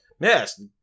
yes